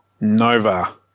Nova